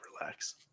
relax